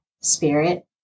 spirit